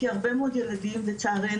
כי הרבה מאוד ילדים לצערנו,